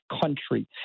country